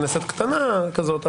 כנסת קטנה כזאת,